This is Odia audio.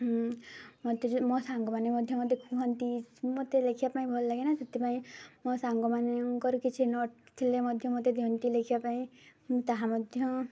ମୋତେ ଯେଉଁ ମୋ ସାଙ୍ଗମାନେ ମଧ୍ୟ ମୋତେ କୁହନ୍ତି ମୋତେ ଲେଖିବା ପାଇଁ ଭଲ ଲାଗେନା ସେଥିପାଇଁ ମୋ ସାଙ୍ଗମାନଙ୍କର କିଛି ନୋଟ୍ ଥିଲେ ମଧ୍ୟ ମୋତେ ଦିଅନ୍ତି ଲେଖିବା ପାଇଁ ମୁଁ ତାହା ମଧ୍ୟ